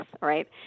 right